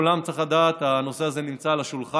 צריך לדעת, בכל העולם הנושא הזה נמצא על השולחן.